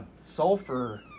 sulfur